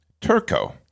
turco